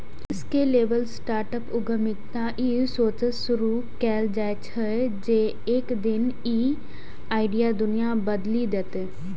scalable startup उद्यमिता ई सोचसं शुरू कैल जाइ छै, जे एक दिन ई आइडिया दुनिया बदलि देतै